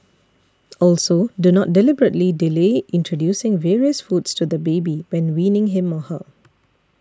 also do not deliberately delay introducing various foods to the baby when weaning him or her